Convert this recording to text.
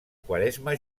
quaresma